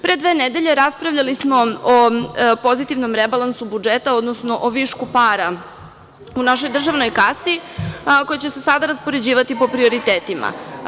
Pre dve nedelje raspravljali smo o pozitivnom rebalansu budžeta, odnosno o višku para u našoj državnoj kasi, koje će se sada raspoređivati po prioritetima.